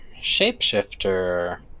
shapeshifter